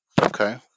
Okay